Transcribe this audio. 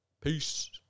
Peace